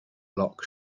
loch